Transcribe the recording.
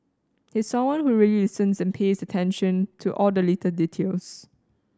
he's someone who really listens and pays attention to all the little details